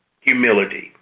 humility